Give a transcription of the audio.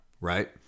right